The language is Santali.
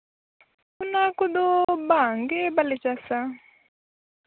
ᱚᱱᱟ ᱠᱚᱫᱚ ᱵᱟᱝᱜᱮ ᱵᱟᱞᱮ ᱪᱟᱥᱼᱟ